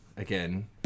again